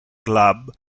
club